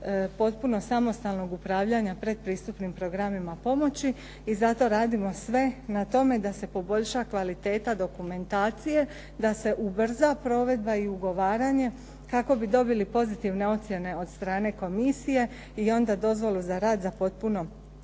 potpuno samostalnog upravljanja pretpristupnim programima pomoći i zato radimo sve na tome da se poboljša kvaliteta dokumentacije, da se ubrza provedba i ugovaranje kako bi dobili pozitivne ocjene od strane komisije i onda dozvolu za rad za potpuno